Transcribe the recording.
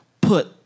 put